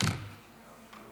תודה רבה, אדוני היושב